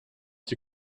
die